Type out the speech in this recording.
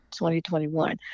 2021